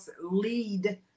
lead